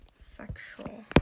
sexual